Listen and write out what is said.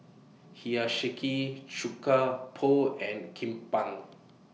Hiyashi Chuka Pho and Kimbap